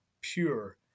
pure